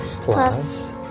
plus